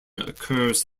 occurs